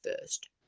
first